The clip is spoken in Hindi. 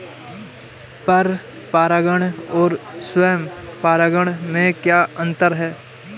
पर परागण और स्वयं परागण में क्या अंतर है?